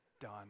done